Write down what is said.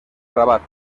rabat